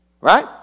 Right